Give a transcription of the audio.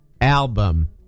album